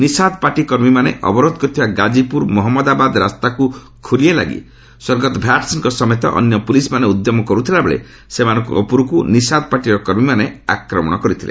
Nishad party କର୍ମୀମାନେ ଅବରୋଧ କରିଥିବା ଗାଜିପୁର ମହଞ୍ଚଦାବାଦ ରାସ୍ତାକୁ ଖୋଲିବା ଲାଗି ସ୍ୱର୍ଗତ ଭ୍ୟାଟ୍ସ୍ଙ୍କ ସମେତ ଅନ୍ୟ ପୁଲିସ୍ମାନେ ଉଦ୍ୟମ କର୍ଥିଲାବେଳେ ସେମାନଙ୍କ ଉପରକୃ ନିସାଦ୍ ପାର୍ଟିର କର୍ମୀମାନେ ଆକ୍ରମଣ କରିଥିଲେ